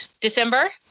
December